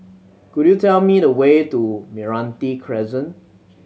could you tell me the way to Meranti Crescent